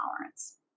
tolerance